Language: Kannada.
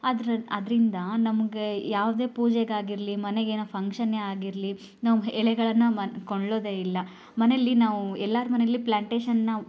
ಆದ್ರೆ ಅದರಿಂದ ನಮಗೆ ಯಾವುದೇ ಪೂಜೆಗೆ ಆಗಿರಲಿ ಮನೆಗೇನೋ ಫಂಕ್ಷನ್ನೇ ಆಗಿರಲಿ ನಾವು ಎಲೆಗಳನ್ನು ಮ್ ಕೊಳ್ಳೋದೇ ಇಲ್ಲ ಮನೇಲಿ ನಾವು ಎಲ್ಲರ ಮನೇಲಿ ಪ್ಲಾಂಟೇಷನ್ನ